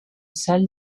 salle